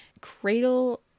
cradle